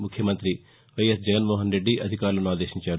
ముఖ్యమంత్రి వైఎస్ జగన్మోహన్రెడ్డి అధికారులను ఆదేశించారు